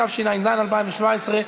התשע"ז 2017,